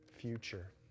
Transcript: future